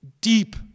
deep